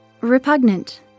Repugnant